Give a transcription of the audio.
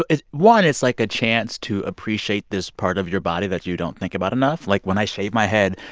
it one, it's like a chance to appreciate this part of your body that you don't think about enough. like, when i shave my head,